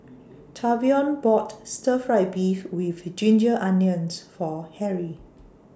Tavion bought Stir Fried Beef with Ginger Onions For Harry